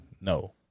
No